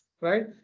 right